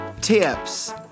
tips